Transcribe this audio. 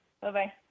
bye-bye